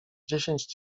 dziesięć